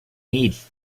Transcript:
need